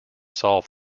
solve